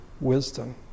wisdom